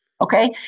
okay